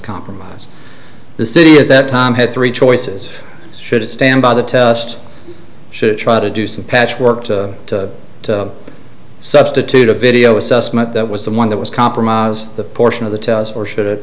compromise the city at that time had three choices should it stand by the test should try to do some patchwork to substitute a video assessment that was the one that was compromised the portion of the test or should it